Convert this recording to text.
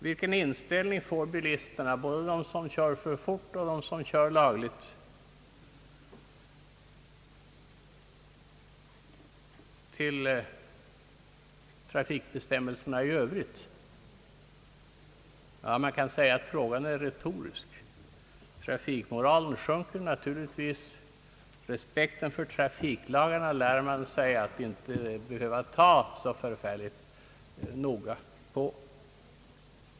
Vilken inställning får de, både de som kör för fort och de som kör laglydigt, till trafikbestämmelserna i övrigt? Frågan är retorisk, trafikmoralen sjunker naturligtvis, och respekterandet av trafiklagarna lär man sig att inte behöva ta så förfärligt noga på.